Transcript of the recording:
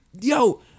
yo